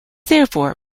therefore